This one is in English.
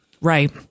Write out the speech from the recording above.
Right